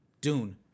Dune